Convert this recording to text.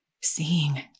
seeing